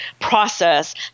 process